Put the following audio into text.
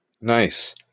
Nice